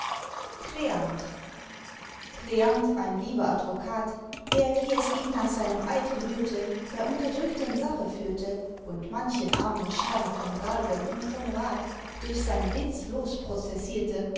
ein lieber advokat der wie es ihm nach seinem eid gebührte der unterdrückten sache führte und manchen armen schelm vom galgen und vom rad durch seinen witz